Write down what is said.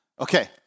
Okay